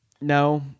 No